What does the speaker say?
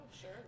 sure